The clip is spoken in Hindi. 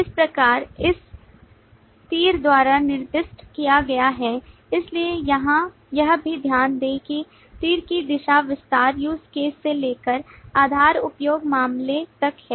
इस प्रकार इस तीर द्वारा निर्दिष्ट किया गया है इसलिए यहां यह भी ध्यान दें कि तीर की दिशा विस्तार use caseसे लेकर आधार उपयोग मामले तक है